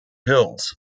hills